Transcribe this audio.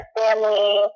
family